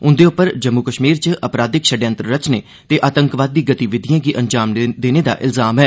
उंदे उप्पर जम्मू कश्मीर च अपराधिक षडयंत्र रचने ते आतंकवादी गतिविधिएं गी अंजाम देने दा इल्जाम ऐ